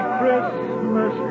Christmas